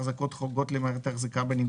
"החזקות חורגות" למעט החזקה בניגוד